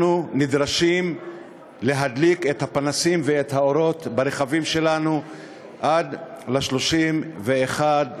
אנחנו נדרשים להדליק את הפנסים ואת האורות ברכבים שלנו עד 31 במרס,